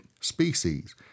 species